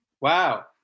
Wow